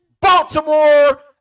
Baltimore